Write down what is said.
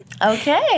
Okay